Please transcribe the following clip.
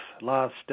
last